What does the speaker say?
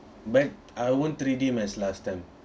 but I won't treat him as last time